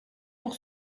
pour